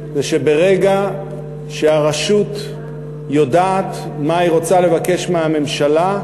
זה שברגע שהרשות יודעת מה היא רוצה לבקש מהממשלה,